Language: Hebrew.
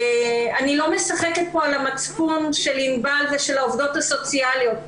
אני לא משחקת פה על המצפון של ענבל חרמוני ושל העובדות הסוציאליות,